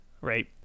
Right